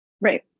Right